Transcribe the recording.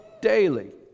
daily